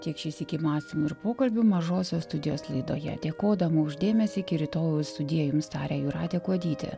tiek šį sykį mastymų ir pokalbių mažosios studijos laidoje dėkodama už dėmesį iki rytojaus sudie jums taria jūratė kuodytė